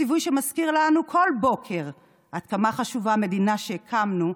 ציווי שמזכיר לנו כל בוקר עד כמה חשובה המדינה שהקמנו,